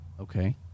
Okay